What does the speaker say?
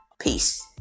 Peace